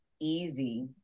easy